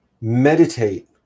meditate